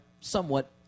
somewhat